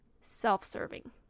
self-serving